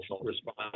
response